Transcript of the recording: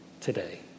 today